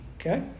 Okay